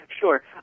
Sure